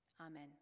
Amen